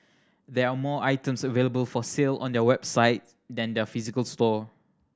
there are more items available for sale on their website than their physical store